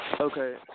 okay